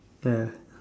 ya